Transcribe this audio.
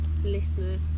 listener